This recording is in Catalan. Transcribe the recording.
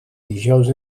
dijous